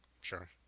Sure